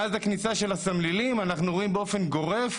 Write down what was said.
מאז הכניסה של הסמלילים אנחנו רואים באופן גורף